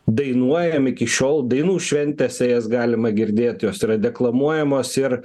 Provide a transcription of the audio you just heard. dainuojam iki šiol dainų šventėse jas galima girdėti jos yra deklamuojamos ir